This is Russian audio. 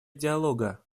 диалога